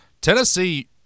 Tennessee